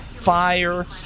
fire